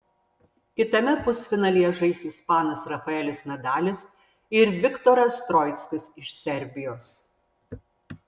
kitame pusfinalyje žais ispanas rafaelis nadalis ir viktoras troickis iš serbijos